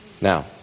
Now